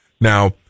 Now